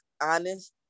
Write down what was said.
honest